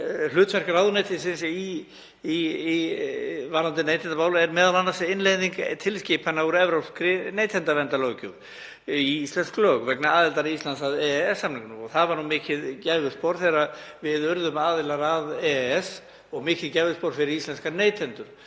Hlutverk ráðuneytisins varðandi neytendamálin er m.a. að innleiða tilskipanir úr evrópskri neytendaverndarlöggjöf í íslensk lög vegna aðildar Íslands að EES-samningnum. Það var mikið gæfuspor þegar við urðum aðilar að EES og mikið gæfuspor fyrir íslenska neytendur,